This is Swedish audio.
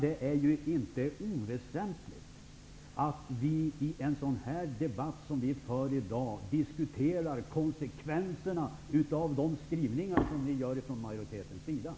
Det är ju inte oväsentligt att vi i en sådan här debatt diskuterar konsekvenserna av de skrivningar majoriteten gör.